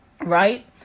Right